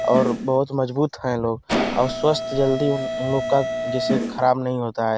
और बहुत मजबूत हैं लोग और स्वस्थ जल्दी उन उन लोग का जैसे ख़राब नहीं होता है